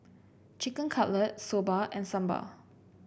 Chicken Cutlet Soba and Sambar